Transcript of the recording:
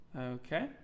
Okay